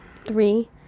Three